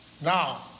Now